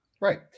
Right